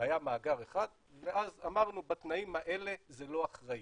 והיה מאגר אחד ואז אמרנו שבתנאים האלה זה לא אחראי,